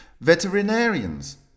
veterinarians